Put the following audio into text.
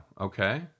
okay